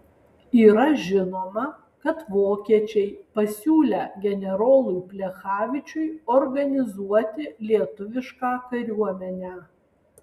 yra žinoma kad vokiečiai pasiūlę generolui plechavičiui organizuoti lietuvišką kariuomenę